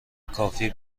کافی